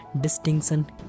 distinction